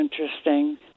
interesting